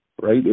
right